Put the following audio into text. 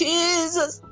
Jesus